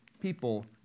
people